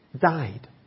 died